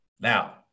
Now